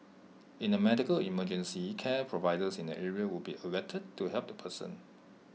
in A medical emergency care providers in the area would be alerted to help the person